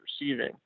receiving